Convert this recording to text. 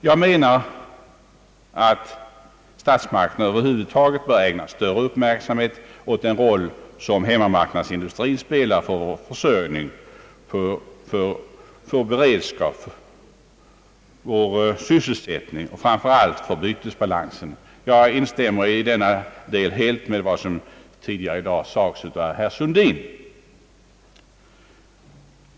Jag menar ait statsmakterna över huvud taget bör ägna större uppmärksamhet åt den roll som hemmamarknadsindustrien spelar för vår försörjning, vår beredskap, vår sysselsättning och framför allt för bytesbalansen. Jag instämmer i denna del helt med vad som herr Sundin sade tidigare i dag.